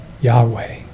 Yahweh